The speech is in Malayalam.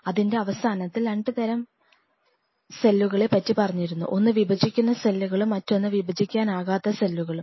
അതിൻറെ അവസാനത്തിൽ രണ്ട് തരം സെല്ലുകളെ പറ്റി പറഞ്ഞിരുന്നു ഒന്നു വിഭജിക്കുന്ന സെല്ലുകളും മറ്റൊന്ന് വിഭജിക്കാനാകാത്ത സെല്ലുകളും